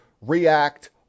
react